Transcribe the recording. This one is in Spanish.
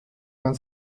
van